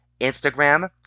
instagram